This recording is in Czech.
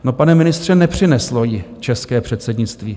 No, pane ministře, nepřineslo ji české předsednictví.